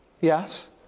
Yes